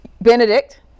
Benedict